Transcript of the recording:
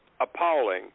appalling